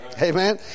Amen